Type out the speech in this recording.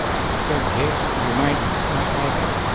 it's a good case. you you might not like it.